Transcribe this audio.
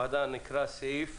נקרא סעיף,